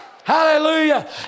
Hallelujah